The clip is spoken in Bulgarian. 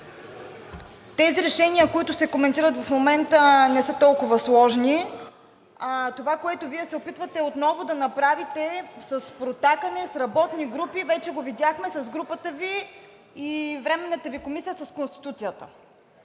тези решения, които се коментират в момента, не са толкова сложни. Това, което Вие се опитвате отново да направите с протакане, с работни групи, вече го видяхме с групата Ви и Временната Ви комисия с Конституцията.